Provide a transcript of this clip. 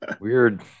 weird